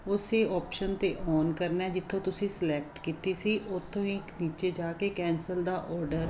ਉਸੇ ਓਪਸ਼ਨ 'ਤੇ ਓਨ ਕਰਨਾ ਜਿੱਥੋਂ ਤੁਸੀਂ ਸਲੈਕਟ ਕੀਤੀ ਸੀ ਉੱਥੋਂ ਹੀ ਨੀਚੇ ਜਾ ਕੇ ਕੈਂਸਲ ਦਾ ਓਡਰ